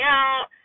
out